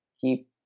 keep